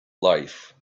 life